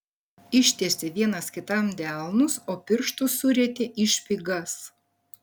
ištiesė vienas kitam delnus o pirštus surietė į špygas